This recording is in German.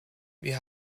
wir